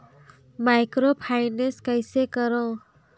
Microfinance कइसे करव?